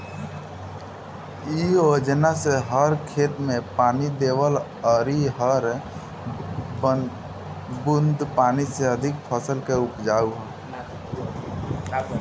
इ योजना से हर खेत में पानी देवल अउरी हर बूंद पानी से अधिका फसल के उपजावल ह